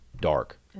dark